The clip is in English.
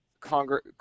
Congress